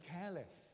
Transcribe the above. careless